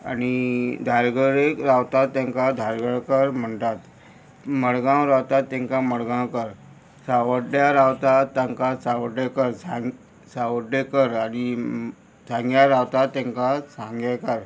आनी धारगळेक रावता तांकां धारगळकर म्हणटात मडगांव रावतात तांकां मडगांवकार सावड्ड्या रावता तांकां सावड्डेकर सांग सावड्डेकर आनी सांग्या रावता तांकां सांगेकार